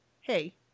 hey